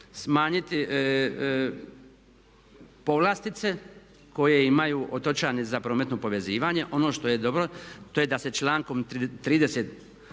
smanjiti povlastice koje imaju otočani za prometnu povezanost. Ono što je dobro da se člankom